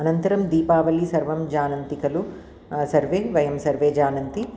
अनन्तरं दीपावलिः सर्वं जानन्ति खलु सर्वे वयं सर्वे जानन्ति